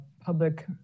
public